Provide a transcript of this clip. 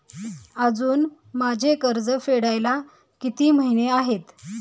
अजुन माझे कर्ज फेडायला किती महिने आहेत?